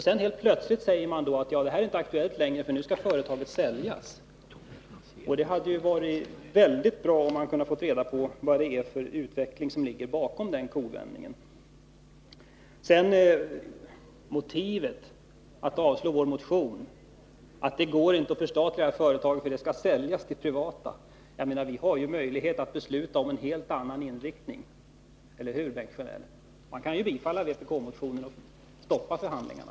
Så helt plötsligt säger man: Det här är inte aktuellt längre, ty nu skall företaget säljas. Det hade ju varit mycket bra om vi hade kunnat få reda på vad det är för utveckling som ligger bakom den kovändningen. Motivet för att avslå vår motion, att det inte går att förstatliga företaget därför att det skall säljas till privata intressen, håller inte. Vi har ju möjlighet att besluta om en helt annan inriktning — eller hur, Bengt Sjönell? Riksdagen kan ju bifalla vpk-motionen och stoppa förhandlingarna.